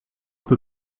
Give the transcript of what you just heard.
peu